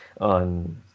on